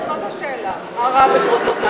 זאת השאלה, מה רע בפרוטוקול?